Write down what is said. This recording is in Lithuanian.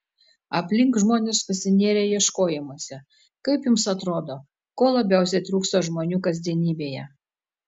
aplink žmonės pasinėrę ieškojimuose kaip jums atrodo ko labiausiai trūksta žmonių kasdienybėje